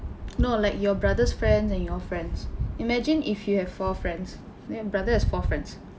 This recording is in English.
not like your brother's friend and your friends imagine if you have four friends then your brother has four friends